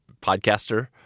podcaster